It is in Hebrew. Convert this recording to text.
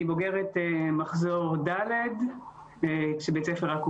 אני בוגרת מחזור ד' כבית הספר רק הוקם.